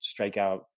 strikeout